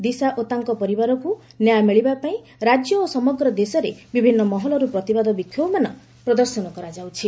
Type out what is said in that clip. ଦିଶା ଓ ତାଙ୍କ ପରିବାରକୁ ନ୍ୟାୟ ମିଳିବା ପାଇଁ ରାଜ୍ୟ ଓ ସମଗ୍ର ଦେଶରେ ବିଭିନ୍ନ ମହଲରୁ ପ୍ରତିବାଦ ବିକ୍ଷୋଭମାନ ପ୍ରଦର୍ଶନ କରାଯାଉଛି